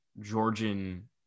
georgian